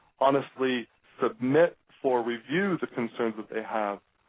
honestly submit for review the concerns that they have,